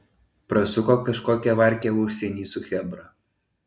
prasuko kažkokią varkę užsieny su chebra